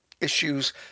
issues